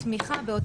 את האמת,